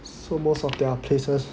so most of their places